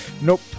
Nope